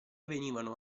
venivano